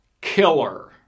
killer